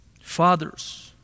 Fathers